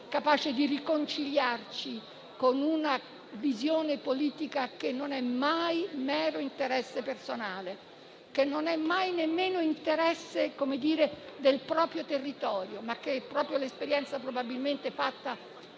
capace di riconciliarci con una visione politica che non è mai mero interesse personale, che non è mai nemmeno interesse del proprio territorio; una visione piuttosto data dall'esperienza probabilmente fatta